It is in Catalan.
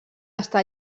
està